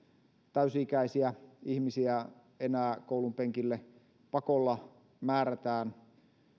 täysi ikäisiä ihmisiä enää koulunpenkille pakolla määrätään